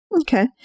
Okay